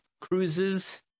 cruises